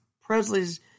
Presley's